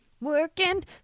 Working